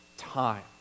time